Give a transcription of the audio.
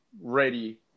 ready